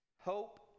Hope